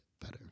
better